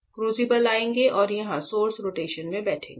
crucible आएंगे और यहां सोर्स रोटेशन में बैठेंगे